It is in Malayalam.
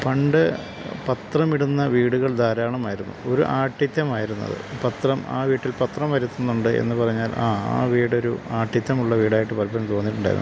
പണ്ട് പത്രമിടുന്ന വീടുകൾ ധാരാളമായിരുന്നു ഒരു ആഢ്യത്വമായിരുന്നത് ഈ പത്രം ആ വീട്ടിൽ പത്രം വരുത്തുന്നുണ്ട് എന്നു പറഞ്ഞാൽ ആ വീടൊരു ആഢ്യത്വമുള്ള വീടായിട്ടു പലപ്പോഴും തോന്നിയിട്ടുണ്ടായിരുന്നു